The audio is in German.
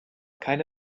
keine